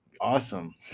awesome